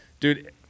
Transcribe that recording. Dude